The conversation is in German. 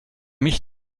mich